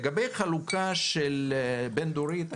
לגבי חלוקה בין-דורית,